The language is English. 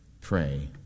pray